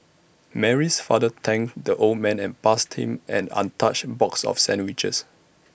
Mary's father thanked the old man and passed him an untouched box of sandwiches